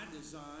design